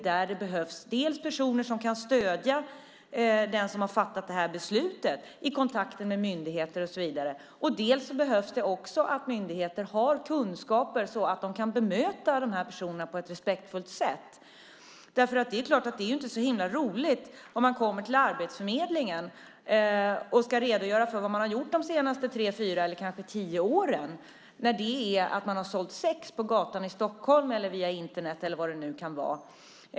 Det behövs personer som kan stödja den som har fattat det här beslutet, i kontakter med myndigheter och så vidare. Myndigheter behöver också ha kunskaper, så att de kan bemöta de här personerna på ett respektfullt sätt. Det är klart att det inte är så himla roligt om man kommer till Arbetsförmedlingen och ska redogöra för vad man har gjort de senaste tre, fyra eller kanske tio åren när man har sålt sex på gatan i Stockholm eller via Internet eller vad det nu kan vara.